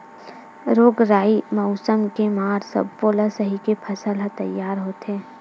रोग राई, मउसम के मार सब्बो ल सहिके फसल ह तइयार होथे